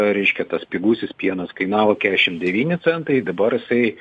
reiškia tas pigusis pienas kainavo keturiasdešim devyni centai dabar jisai